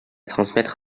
transmettre